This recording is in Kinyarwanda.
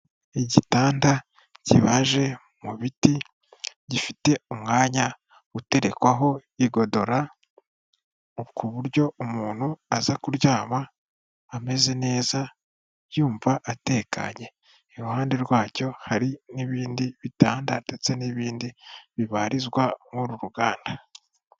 Ugitanda kibaje mu biti, gifite umwanya uterekwaho igodora ku buryo umuntu aza kuryama ameze neza yumva atekanye, iruhande rwacyo hari n'ibindi bitanda ndetse n'ibindi bibarizwa muri uru ruganda.